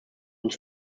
und